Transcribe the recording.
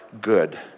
good